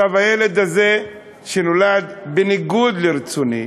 הילד הזה שנולד בניגוד לרצוני,